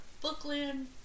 Bookland